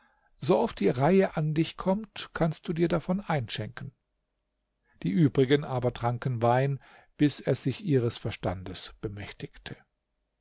so oft die reihe an dich kommt kannst du dir davon einschenken die übrigen aber tranken wein bis er sich ihres verstandes bemächtigte